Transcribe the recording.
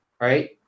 right